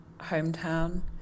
hometown